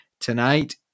Tonight